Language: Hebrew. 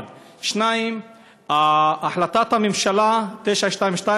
1. 2. החלטת הממשלה 922,